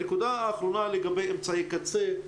הנקודה האחרונה היא לגבי אמצעי קצה.